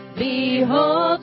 behold